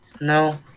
No